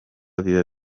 biba